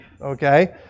okay